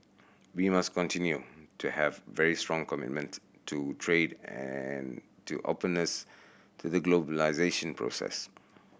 we must continue to have very strong commitment to trade and to openness to the globalisation process